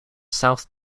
south